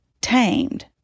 tamed